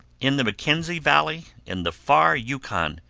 in the mackenzie valley, in the far yukon,